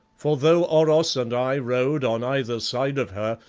for though oros and i rode on either side of her,